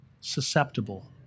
susceptible